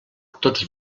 tots